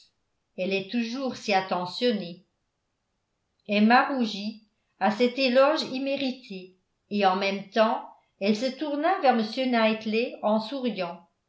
elle est toujours si attentionnée emma rougit à cet éloge immérité et en même temps elle se tourna vers m knightley en souriant